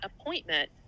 appointment